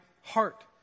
heart